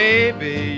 Baby